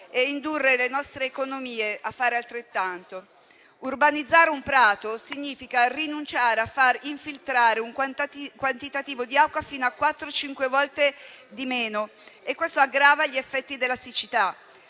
e indurre le nostre economie a fare altrettanto. Urbanizzare un prato significa rinunciare a far infiltrare un quantitativo di acqua fino a quattro o cinque volte di meno e questo aggrava gli effetti della siccità.